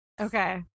Okay